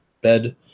bed